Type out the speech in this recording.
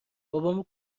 بابامو